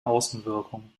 außenwirkung